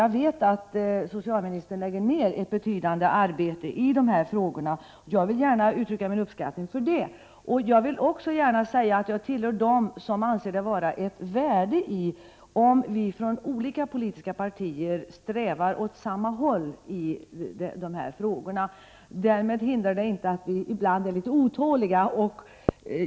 Jag vet att socialministern lägger ner ett betydande arbete i dessa frågor, och jag vill gärna uttrycka min uppskattning för det. Jag tillhör dem som anser att det finns ett värde i att vi från olika politiska partier strävar åt samma håll i dessa frågor. Detta hindrar inte att vi ibland är litet otåliga.